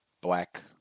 black